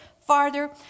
farther